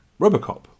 Robocop